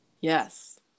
Yes